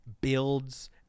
builds